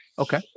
Okay